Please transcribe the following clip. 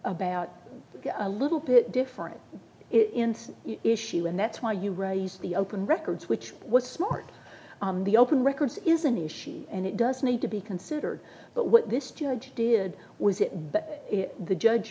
about a little bit different in some issue and that's why you raise the open records which was smart on the open records is an issue and it does need to be considered but what this judge did was it but the judge